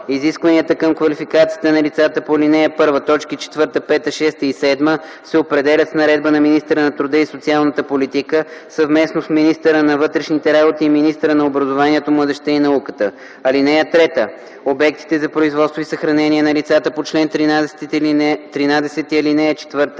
Изискванията към квалификацията на лицата по ал. 1, т. 4-7 се определят с наредба на министъра на труда и социалната политика съвместно с министъра на вътрешните работи и министъра на образованието, младежта и науката. (3) Обектите за производство и съхранение на лицата по чл. 13,